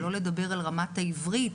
שלא לדבר על רמת העברית,